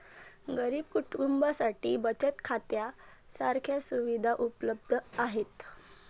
गरीब कुटुंबांसाठी बचत खात्या सारख्या सुविधा उपलब्ध आहेत